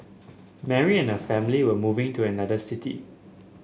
Mary and her family were moving to another city